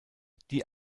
die